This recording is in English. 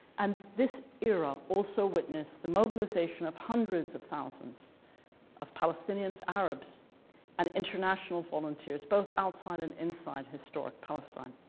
and this era also witnessed the mobilisation of hundreds of thousands of palestinians, arabs and international volunteers both outside and inside historic palestine.